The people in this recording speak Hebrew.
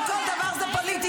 לא כל דבר זה פוליטיקה.